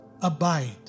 abide